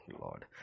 Lord